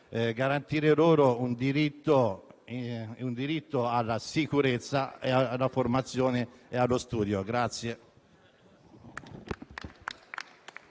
garantire loro il diritto alla sicurezza, alla formazione e allo studio.